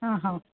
हां हां